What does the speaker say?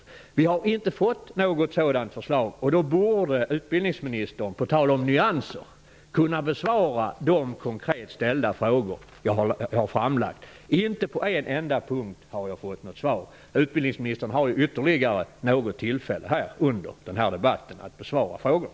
Men vi har inte fått något sådant förslag, och därför borde utbildningsministern -- på tal om nyanser -- kunna besvara de konkreta frågor som jag ställt. Inte på en enda punkt har jag fått något svar. Utbildningsministern har ju dock ytterligare något tillfälle under denna debatt att besvara frågorna.